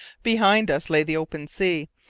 behind us lay the open sea,